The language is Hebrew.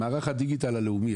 מערך הדיגיטל הלאומי,